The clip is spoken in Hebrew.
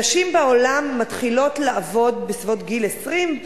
נשים בעולם מתחילות לעבוד בסביבות גיל 20,